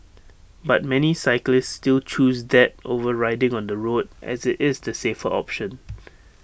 but many cyclists still choose that over riding on the road as IT is the safer option